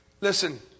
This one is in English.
Listen